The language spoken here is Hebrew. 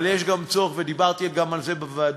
אבל יש גם צורך, ודיברתי גם על זה בוועדה,